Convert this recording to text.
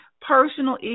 personal